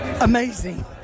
amazing